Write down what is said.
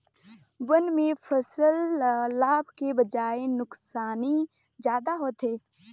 बन में फसल ल लाभ के बजाए नुकसानी जादा होथे